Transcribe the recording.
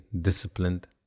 disciplined